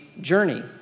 journey